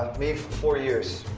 me? for four years,